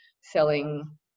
selling